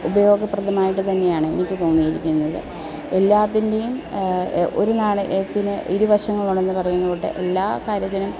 ഉപയോഗപ്രദമായിട്ട് തന്നെയാണ് എനിക്ക് തോന്നിയിരിക്കുന്നത് എല്ലാത്തിൻ്റെയും ഒരു നാണയത്തിന് ഇരു വശങ്ങളുണ്ടെന്ന് പറയുന്ന കൂട്ട് എല്ലാ കാര്യത്തിനും